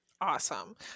Awesome